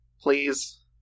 please